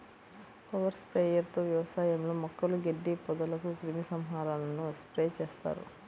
power sprayer తో వ్యవసాయంలో మొక్కలు, గడ్డి, పొదలకు క్రిమి సంహారకాలను స్ప్రే చేస్తారు